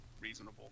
reasonable